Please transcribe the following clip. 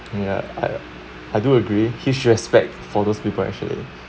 ya I I do agree his should respect for those people actually